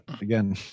again